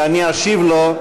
ואני אשיב לו,